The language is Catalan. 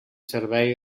servei